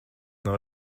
nav